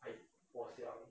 I 我想